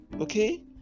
Okay